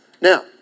Now